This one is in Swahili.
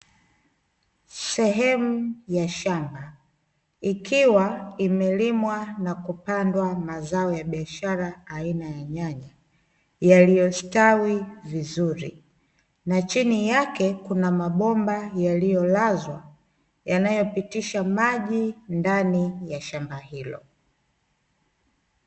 Sehemu ya shamba ikiwa imelimwa na kupandwa mazao ya biashara aina ya nyanya yaliyostawi vizuri. Na chini yake kuna mabomba yaliyolazwa yanayopitisha maji ndani ya shamba hilo.